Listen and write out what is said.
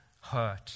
hurt